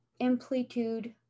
amplitude